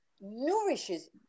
nourishes